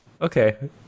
Okay